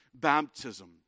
baptism